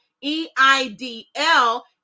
e-i-d-l